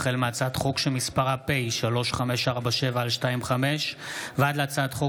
החל בהצעת חוק פ/3547/25 וכלה בהצעת חוק